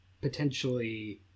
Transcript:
potentially